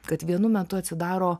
kad vienu metu atsidaro